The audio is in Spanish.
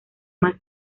más